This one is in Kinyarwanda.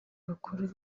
rukuru